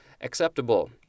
acceptable